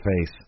face